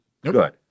Good